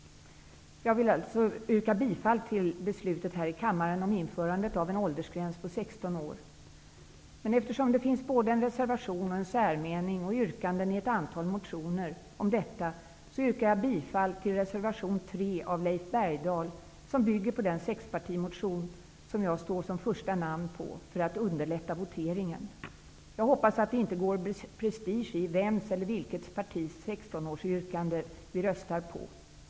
Jag vill alltså yrka bifall till förslaget om ett införande av en åldersgräns på 16 år. Det finns såväl en reservation som en meningsyttring och yrkanden i ett antal motioner om detta. För att underlätta voteringen yrkar jag därför bifall till reservation 3 av Leif Bergdahl, som bygger på den sexpartimotion där mitt namn står först. Jag hoppas att det inte går prestige i vems eller vilket partis yrkande på en 16 årsgräns vi röstar på.